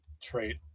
trait